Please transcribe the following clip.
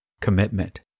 commitment